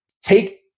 take